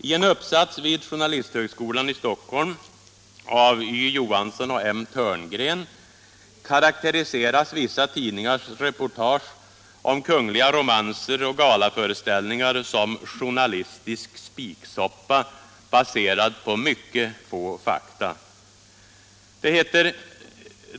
I en uppsats vid Journalisthögskolan i Stockholm av Y. Johansson och M. Törngren karakteriseras vissa tidningars reportage om kungliga romanser och galaföreställningar som ”journalistisk spiksoppa” baserad på ”mycket få fakta”.